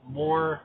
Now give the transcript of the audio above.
more